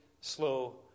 slow